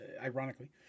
ironically